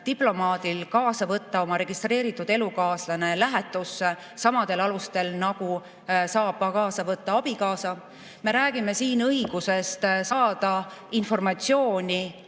diplomaadi õigusest kaasa võtta oma registreeritud elukaaslane lähetusse samadel alustel, nagu saab kaasa võtta abikaasa. Me räägime siin õigusest saada informatsiooni